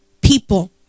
people